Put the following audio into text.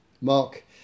Mark